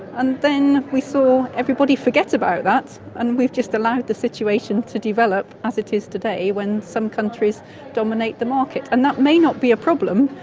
and then we saw everybody forget about that and we have just allowed the situation to develop as it is today when some countries dominate the market. and that may not be a problem,